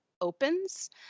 opens